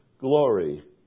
glory